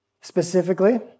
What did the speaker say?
Specifically